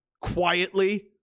Quietly